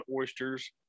oysters